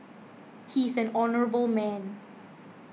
he is an honourable man